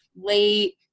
late